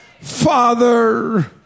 Father